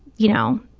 you know,